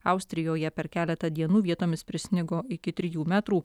austrijoje per keletą dienų vietomis prisnigo iki trijų metrų